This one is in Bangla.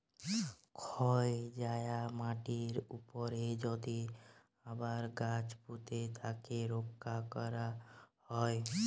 ক্ষয় যায়া মাটির উপরে যদি আবার গাছ পুঁতে তাকে রক্ষা ক্যরা হ্যয়